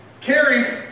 Carrie